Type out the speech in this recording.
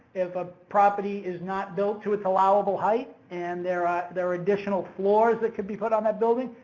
if a property is not built to its allowable height and there are, there are additional floors that could be put on that building,